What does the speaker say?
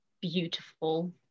beautiful